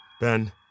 Ben